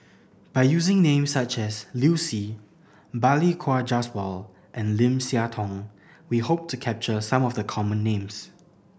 by using names such as Liu Si Balli Kaur Jaswal and Lim Siah Tong we hope to capture some of the common names